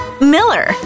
Miller